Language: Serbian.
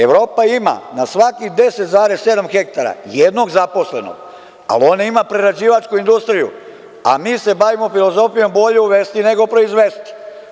Evropa ima na svakih 10,7 hektara jednog zaposlenog, ali ona ima prerađivačku industriju, a mi se bavimo filozofijom – bolje uvesti nego proizvesti.